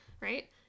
right